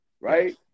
right